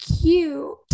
cute